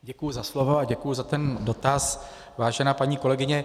Děkuji za slovo a děkuji za ten dotaz, vážená paní kolegyně.